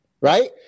right